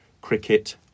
cricket